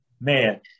man